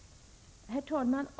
Herr talman!